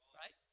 right